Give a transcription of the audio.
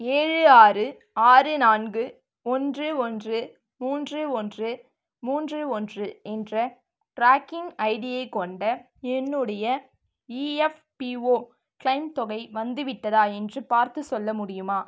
ஏழு ஆறு ஆறு நான்கு ஒன்று ஒன்று மூன்று ஒன்று மூன்று ஒன்று என்ற ட்ராக்கிங் ஐடியை கொண்ட என்னுடைய இஎஃப்பிஓ க்ளெய்ம் தொகை வந்துவிட்டதா என்று பார்த்து சொல்ல முடியுமா